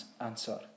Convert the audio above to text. answer